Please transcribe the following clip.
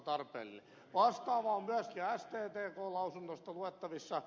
vastaavaa on myöskin sttkn lausunnosta luettavissa